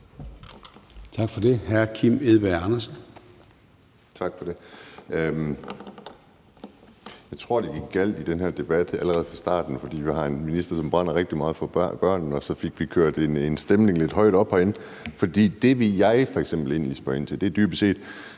Kl. 22:36 Kim Edberg Andersen (NB): Tak for det. Jeg tror, det gik galt i den her debat allerede fra starten, fordi vi har en minister, som brænder rigtig meget for børnene, og så fik vi kørt en stemning lidt højt op herinde. Det, jeg egentlig vil spørge ind til, er dybest set,